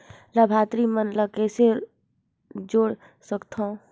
लाभार्थी मन ल कइसे जोड़ सकथव?